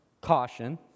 caution